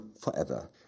forever